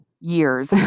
years